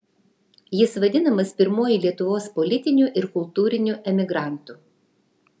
jis vadinamas pirmuoju lietuvos politiniu ir kultūriniu emigrantu